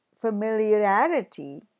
familiarity